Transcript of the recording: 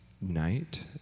night